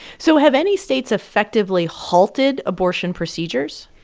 so have any states effectively halted abortion procedures?